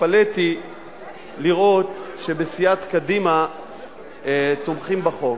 התפלאתי לראות שבסיעת קדימה תומכים בחוק,